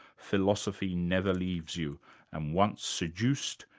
philosophy never leaves you and once seduced,